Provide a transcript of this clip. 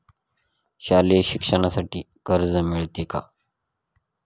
शालेय शिक्षणासाठी कर्ज मिळते का?